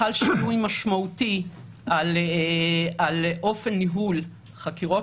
חל שינוי משמעותי באופן ניהול החקירות